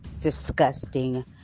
disgusting